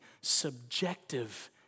subjective